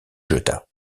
jeta